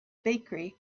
bakery